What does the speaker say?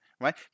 right